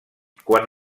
quan